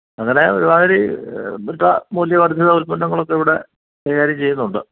അങ്ങനെ ഒരുമാതിരി പ്പെട്ട മൂല്യ വർധിത ഉൽപ്പന്നങ്ങളൊക്കെ ഇവിടെ കൈകാര്യം ചെയ്യുന്നുണ്ട്